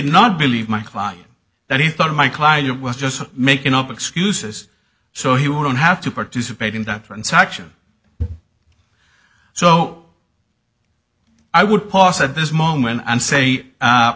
not believe my client that he thought my client was just making up excuses so he wouldn't have to participate in the transaction so i would pause at this moment and say